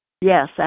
Yes